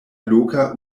loka